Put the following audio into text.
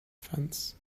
fence